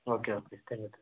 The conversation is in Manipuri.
ꯑꯣꯀꯦ ꯑꯣꯀꯦ ꯊꯝꯃꯦ ꯊꯝꯃꯦ